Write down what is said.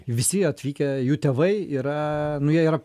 visi atvykę jų tėvai yra nu jie yra